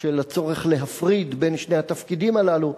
של הצורך להפריד בין שני התפקידים הללו,